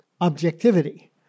objectivity